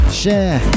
share